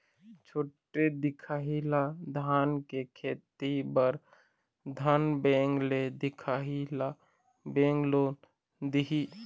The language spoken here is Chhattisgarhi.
छोटे दिखाही ला धान के खेती बर धन बैंक ले दिखाही ला बैंक लोन दिही?